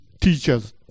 teachers